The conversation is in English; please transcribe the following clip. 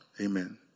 Amen